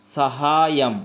सहायम्